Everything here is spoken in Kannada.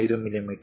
05 ಮಿಮೀ